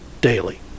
daily